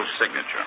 signature